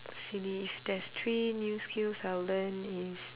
silly if there's three new skills I'll learn is